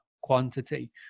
quantity